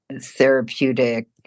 therapeutic